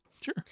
Sure